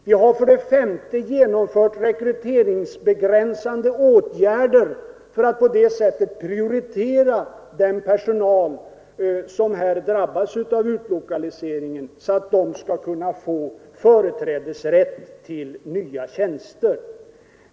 Vi har för det femte genomfört rekryteringsbegränsande åtgärder för att på det sättet prioritera den personal som drabbas av utlokaliseringen, så att de skall få företrädesrätt till nya tjänster.